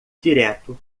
direto